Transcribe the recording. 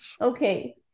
Okay